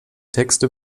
texte